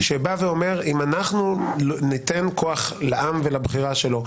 שבא ואומר: אם אנחנו ניתן כוח לעם ולבחירה שלו,